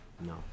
No